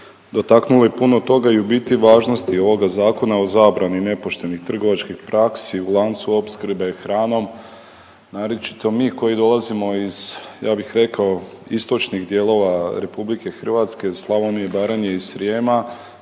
dotaknuli puno toga i u biti važnosti ovoga Konačni prijedlog Zakona o zabrani nepoštenih trgovačkih praksi u lancu opskrbe hranom naročito mi koji dolazimo, ja bih rekao istočnih dijelova RH Slavonije, Baranje i Srijema